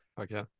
okay